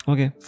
Okay